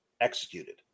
executed